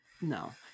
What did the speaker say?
No